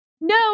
No